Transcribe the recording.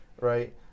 right